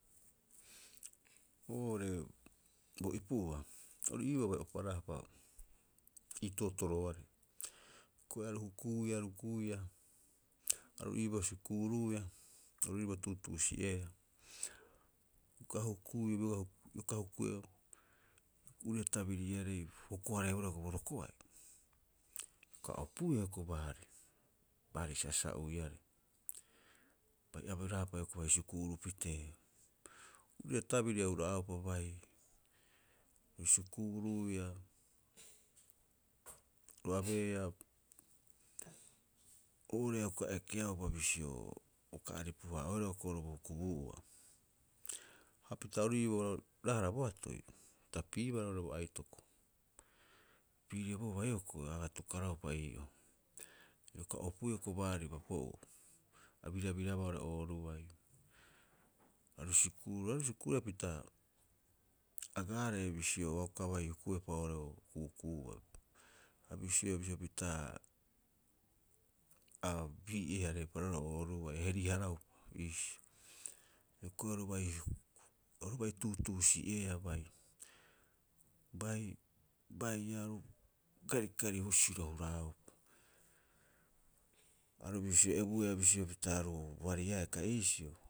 Aru uka aripu raataroro hurabaa hioko'i, a tari'aaba boorii arebuu airai pirio atukara piriro, iisio raataro hura'upa. Oitaa ohei'upa kai iisio. A huraaupa, hioko'i abeea, abeea iru'e tabiriarei a poreporeea oo'ore ooruai. Eii ii raataroo hura'upa hukuraeaa, abe'isa aripu raataro kai iisio. Aru oru aga reoreoea, aru oru reoreoea hioko'i. Aru hukuia, aru hukuia, hioko'i a hurapi'eaba oo'ore ooruuai, ei o raatai huraau sa baiha aga akuiboo iiboo ii husirooarei. Hioko'i aru bai aru ku'uku'uia, aru baiha poreea iibaa saasaa ou'iarei. Aru poreea aru poreea boatoi. Aru hukuia, uka are'ei raataro, koparee ta aga kaibaa, o siisio, pita hukuraapa iiboo boatoi. Hioko'i aru oru tuutuusi'eea oirare ii raatao bisio ee eipe'uta'oo a huraabohara sa o bisio aripu hukubuu. Uka ata'e heri'iai oirare bo ku'uku'u haia bo hukubuu bisio aru teera'aea boorire boirauharai bisio eipa'oo rogaa bisio i a i'oo haraabaa sa.